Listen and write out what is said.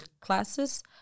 classes